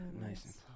nice